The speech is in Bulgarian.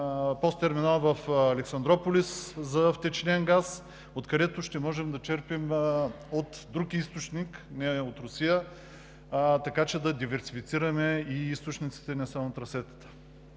постерминал в Александруполис за втечнен газ, откъдето ще можем да черпим от друг източник, не от Русия, така че да диверсифицираме и източниците, не само трасетата.